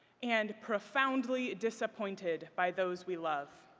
and profoundly disappointed by those we love.